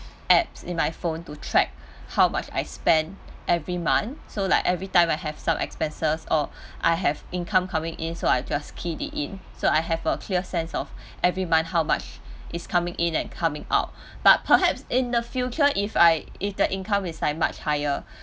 apps in my phone to track how much I spend every month so like every time I have some expenses or I have income coming in so I just key it in so I have a clear sense of every month how much is coming in and coming out but perhaps in the future if I if the income is like much higher